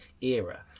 era